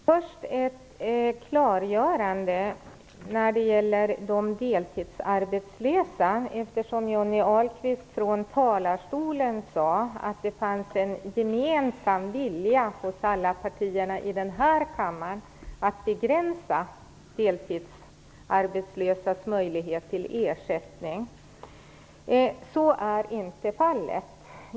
Herr talman! Först vill jag komma med ett klargörande när det gäller de deltidsarbetslösa. Johnny Ahlqvist sade från talarstolen att det finns en gemensam vilja från alla partier i kammaren att begränsa de deltidsarbetslösas möjlighet till ersättning. Så är inte fallet.